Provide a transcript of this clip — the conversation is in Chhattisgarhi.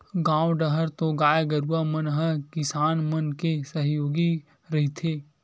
गाँव डाहर तो गाय गरुवा मन ह किसान मन के सहयोगी रहिथे